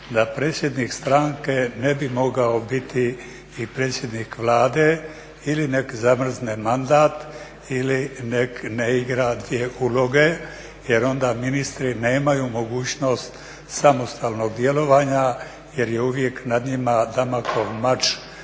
da predsjednik stranke ne bi mogao biti i predsjednik Vlade ili nek zamrzne mandat ili nek ne igra dvije uloge jer onda ministri nemaju mogućnost samostalnog djelovanja jer je uvijek nad njima Damoklov mač